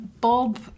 Bob